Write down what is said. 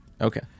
okay